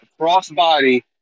crossbody